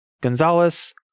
Gonzalez